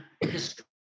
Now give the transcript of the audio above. history